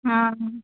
हां